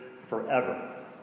forever